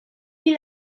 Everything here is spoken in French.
île